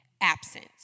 absent